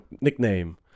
nickname